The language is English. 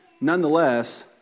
Nonetheless